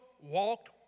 walked